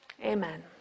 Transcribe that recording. Amen